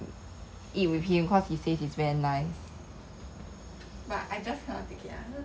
ya have keven 每次每次吃这种东西的 then after that I have to like